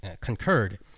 concurred